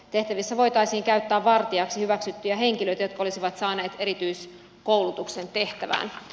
tehtävissä voitaisiin käyttää vartijaksi hyväksyttyjä henkilöitä jotka olisivat saaneet erityiskoulutuksen tehtävään